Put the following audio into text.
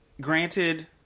granted